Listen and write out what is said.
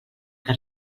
que